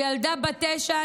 שילדה בת תשע,